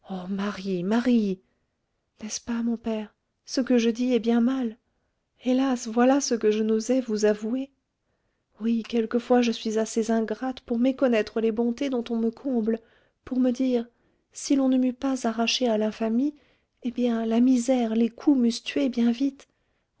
marie marie n'est-ce pas mon père ce que je dis est bien mal hélas voilà ce que je n'osais vous avouer oui quelquefois je suis assez ingrate pour méconnaître les bontés dont on me comble pour me dire si l'on ne m'eût pas arrachée à l'infamie eh bien la misère les coups m'eussent tuée bien vite